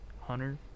Hunter